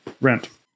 rent